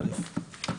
א'.